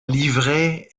livrée